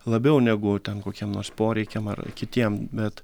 labiau negu ten kokiem nors poreikiam ar kitiem bet